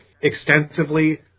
extensively